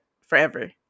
forever